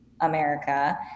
America